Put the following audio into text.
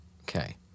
Okay